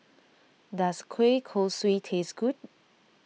does Kueh Kosui taste good